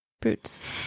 Brutes